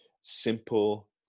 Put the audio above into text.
simple